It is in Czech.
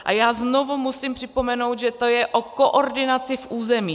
A já znovu musím připomenout, že to je o koordinaci v územích.